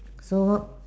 so